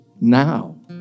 now